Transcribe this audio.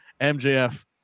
MJF